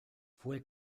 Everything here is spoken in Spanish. fue